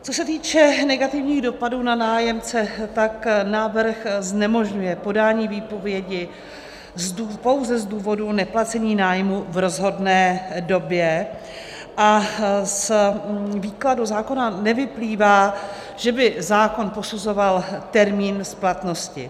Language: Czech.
Co se týče negativních dopadů na nájemce, tak návrh znemožňuje podání výpovědi pouze z důvodu neplacení nájmu v rozhodné době a z výkladu zákona nevyplývá, že by zákon posuzoval termín splatnosti.